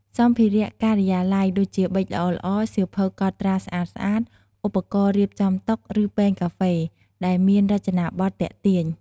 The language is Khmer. សម្ភារៈការិយាល័យ ដូចជា ប៊ិចល្អៗ សៀវភៅកត់ត្រាស្អាតៗ ឧបករណ៍រៀបចំតុ ឬ ពែងកាហ្វេ ដែលមានរចនាបថទាក់ទាញ។